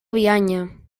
bianya